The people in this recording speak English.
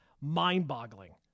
mind-boggling